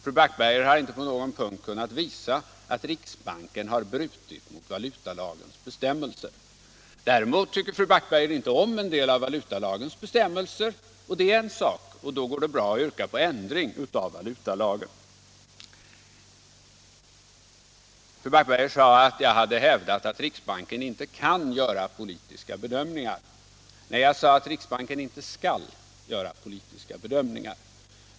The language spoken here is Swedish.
Fru Backberger har inte på någon punkt kunnat visa att riksbanken har brutit mot valutalagens bestämmelser. Däremot tycker fru Backberger inte om en del av valutalagens bestämmelser — det är en annan sak. Då går det bra att yrka på ändring av valutalagen. Fru Backberger sade att jag hade hävdat att riksbanken inte kan göra politiska bedömningar. Jag sade att riksbanken inte skall göra politiska bedömningar.